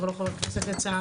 הוא כבר לא חבר כנסת לצערי.